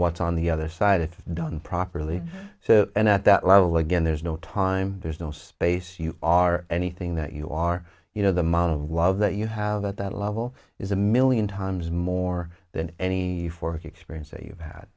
what's on the other side it's done properly so and at that level again there's no time there's no space you are anything that you are you know the amount of love that you have at that level is a million times more than any fork experience